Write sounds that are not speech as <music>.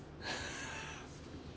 <laughs>